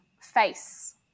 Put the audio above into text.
face